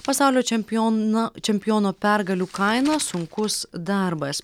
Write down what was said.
pasaulio čempiona čempiono pergalių kaina sunkus darbas